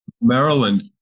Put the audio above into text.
Maryland